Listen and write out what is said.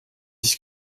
sich